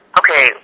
okay